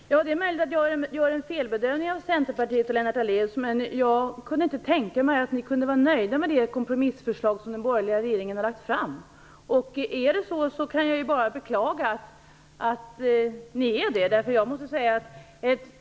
Herr talman! Det är möjligt att jag gör en felbedömning av Centerpartiet och Lennart Daléus. Jag kunde inte tänka mig att ni kunde vara nöjda med det kompromissförslag som den borgerliga regeringen har lagt fram. Jag kan bara beklaga om det är så.